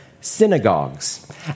synagogues